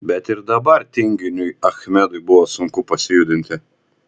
bet ir dabar tinginiui achmedui buvo sunku pasijudinti